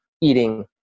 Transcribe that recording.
eating